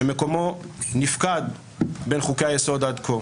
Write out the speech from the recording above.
שמקומו נפקד בין חוקי-היסוד עד כה?